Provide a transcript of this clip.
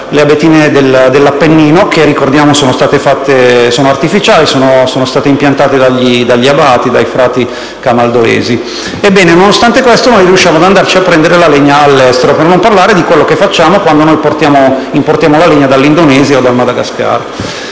le abetine dell'Appennino (che, ricordiamo, sono artificiali, sono state impiantate dai monaci camaldolesi). Ebbene, nonostante questo, riusciamo ad andarci a prendere la legna all'estero, per non parlare di quello che facciamo quando importiamo la legna dall'Indonesia o dal Madagascar.